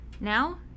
Now